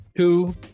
Two